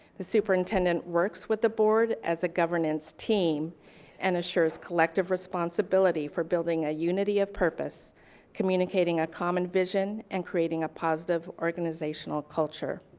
the superintendent works with the board as a governance team and assures collective responsibility for building a unity of purpose communicating a common vision and creating a positive organizational culture.